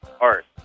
art